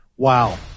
Wow